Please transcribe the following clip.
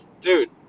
dude